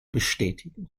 bestätigen